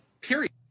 period